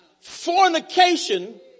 Fornication